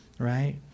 Right